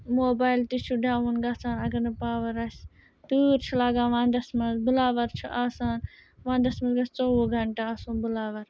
mobile تہِ چھُ down گَژھان اگر نہٕ پاوَر آسہِ تۭر چھِ لَگان وَندَس مَنٛز بٕلاوَر چھُ آسان وَندَس منٛز گَژھِ ژوٚوُہ گَنٹہٕ آسُن بٕلاوَر